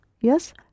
Yes